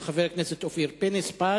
של חבר הכנסת אופיר פינס-פז.